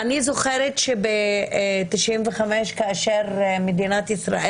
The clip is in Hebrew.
אני זוכרת שבשנת 1995 כאשר מדינת ישראל